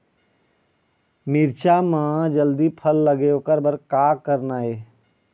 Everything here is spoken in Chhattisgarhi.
मिरचा म जल्दी फल लगे ओकर बर का करना ये?